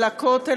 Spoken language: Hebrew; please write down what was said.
לכותל,